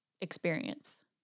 experience